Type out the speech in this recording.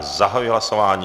Zahajuji hlasování.